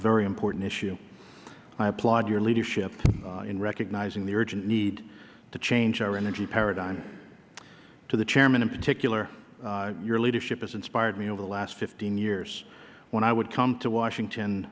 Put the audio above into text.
very important issue i applaud your leadership in recognizing the urgent need to change our energy paradigm to the chairman in particular your leadership has inspired me over the last fifteen years when i would come to